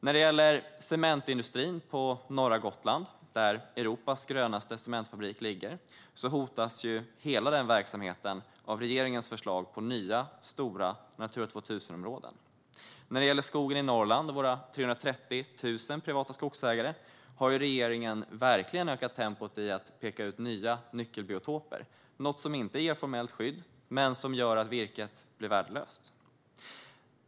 När det gäller cementindustrin på norra Gotland, där Europas grönaste cementfabrik ligger, hotas hela verksamheten av regeringens förslag på nya, stora Natura 2000-områden. När det gäller skogen i Norrland och våra 330 000 privata skogsägare har regeringen verkligen ökat tempot i att peka ut nya nyckelbiotoper, något som inte ger formellt skydd men gör att virket blir värdelöst.